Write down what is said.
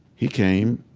he came,